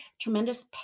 Tremendous